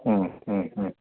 ഉം ഉം ഉം